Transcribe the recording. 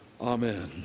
amen